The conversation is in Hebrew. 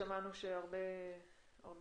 ששמענו שהרבה מהדברים,